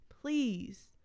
please